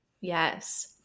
Yes